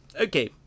okay